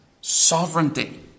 sovereignty